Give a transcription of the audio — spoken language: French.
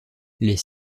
les